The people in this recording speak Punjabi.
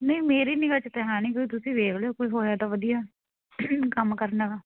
ਨਹੀਂ ਮੇਰੀ ਨਿਗ੍ਹਾ 'ਚ ਤਾਂ ਹੈ ਨਹੀਂ ਕੋਈ ਤੁਸੀਂ ਵੇਖ ਲਿਓ ਕੋਈ ਹੋਇਆ ਤਾਂ ਵਧੀਆ ਕੰਮ ਕਰਨ ਵਾਲਾ